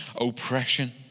oppression